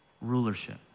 Rulership